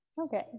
Okay